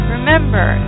Remember